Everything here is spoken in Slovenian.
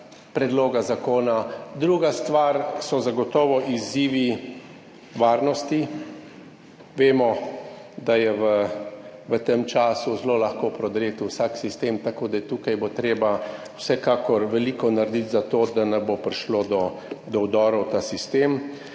predloga zakona. Druga stvar so zagotovo izzivi varnosti. Vemo, da je v tem času zelo lahko prodreti vsak sistem, tako da tukaj bo treba vsekakor veliko narediti za to, da ne bo prišlo do vdorov v ta sistem.